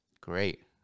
great